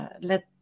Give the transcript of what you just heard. Let